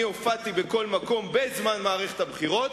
אני הופעתי בכל מקום בזמן מערכת הבחירות